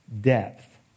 depth